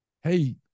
hey